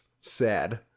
Sad